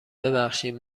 ببخشید